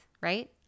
right